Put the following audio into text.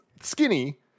skinny